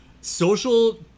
social